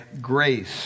grace